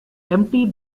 empty